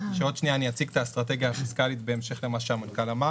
בעוד שנייה אני אציג את האסטרטגיה הפיסקלית בהמשך למה שהמנכ"ל אמר